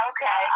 Okay